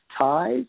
ties